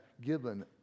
given